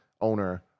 owner